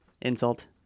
insult